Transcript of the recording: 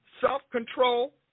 self-control